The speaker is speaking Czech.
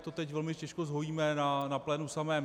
To teď velmi těžko zhojíme na plénu samém.